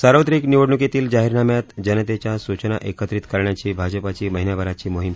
सार्वत्रिक निवडणुकीतील जाहीरनाम्यात जनतेच्या सूचना एकत्रीत करण्याची भाजपाची महिन्याभराची मोहीम